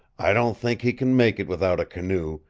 i don't think he can make it without a canoe,